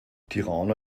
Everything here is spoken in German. tirana